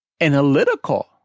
Analytical